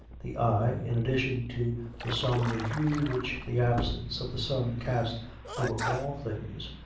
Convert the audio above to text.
the eye, in addition to the sombre hue which the absence of the sun cast over all things,